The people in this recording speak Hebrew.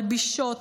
מלבישות,